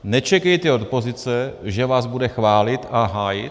Nečekejte od opozice, že vás bude chválit a hájit.